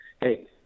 Hey